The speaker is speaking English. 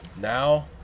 Now